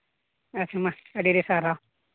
ᱟᱪᱪᱷᱟ ᱢᱟ ᱟᱹᱰᱤ ᱟᱹᱰᱤ ᱥᱟᱨᱦᱟᱣ